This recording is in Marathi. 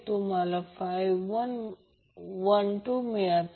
आणि तुम्हाला 12 मिळतो